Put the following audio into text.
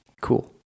cool